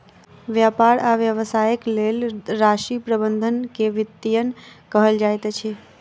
व्यापार आ व्यवसायक लेल राशि प्रबंधन के वित्तीयन कहल जाइत अछि